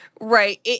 Right